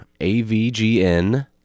AVGN